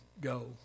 go